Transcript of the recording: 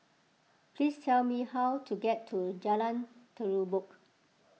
please tell me how to get to Jalan Terubok